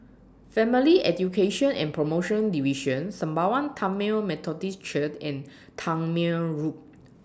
Family Education and promotion Division Sembawang Tamil Methodist Church and Tangmere Road